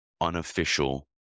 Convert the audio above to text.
unofficial